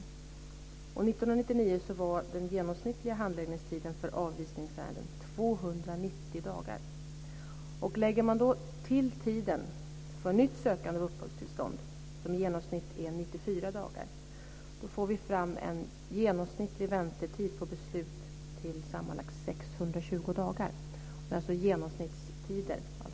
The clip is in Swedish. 1999 var den genomsnittliga handläggningstiden för avvisningsärenden 290 dagar. Om man lägger till tiden för nytt sökande av uppehållstillstånd, som i genomsnitt är 94 dagar, får vi fram en genomsnittlig väntetid på beslut på sammanlagt 620 dagar. Det är alltså genomsnittstider.